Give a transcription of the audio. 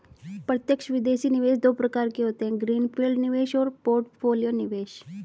प्रत्यक्ष विदेशी निवेश दो प्रकार के होते है ग्रीन फील्ड निवेश और पोर्टफोलियो निवेश